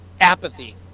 apathy